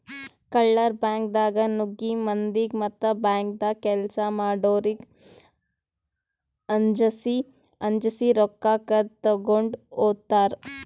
ಕಳ್ಳರ್ ಬ್ಯಾಂಕ್ದಾಗ್ ನುಗ್ಗಿ ಮಂದಿಗ್ ಮತ್ತ್ ಬ್ಯಾಂಕ್ದಾಗ್ ಕೆಲ್ಸ್ ಮಾಡೋರಿಗ್ ಅಂಜಸಿ ರೊಕ್ಕ ಕದ್ದ್ ತಗೊಂಡ್ ಹೋತರ್